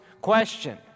question